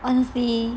honestly